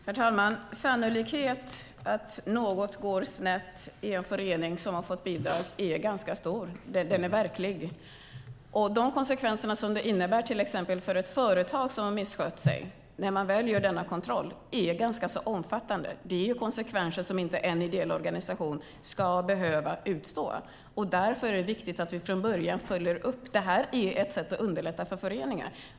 Herr talman! Sannolikheten för att någonting går snett i en förening som har fått bidrag är ganska stor och är verklig. De konsekvenser som det innebär till exempel för ett företag som har misskött sig är ganska omfattande när man väl gör denna kontroll. Det är konsekvenser som en ideell organisation inte ska behöva utstå. Därför är det viktigt att vi följer upp från början. Detta är ett sätt att underlätta för föreningar.